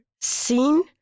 seen